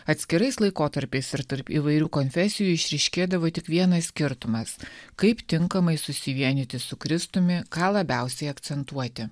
atskirais laikotarpiais ir tarp įvairių konfesijų išryškėdavo tik vienas skirtumas kaip tinkamai susivienyti su kristumi ką labiausiai akcentuoti